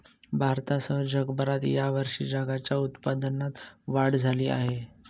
भारतासह जगभरात या वर्षी तागाच्या उत्पादनात वाढ झाली आहे